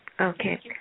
Okay